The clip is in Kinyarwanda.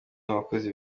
abakozi